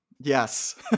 Yes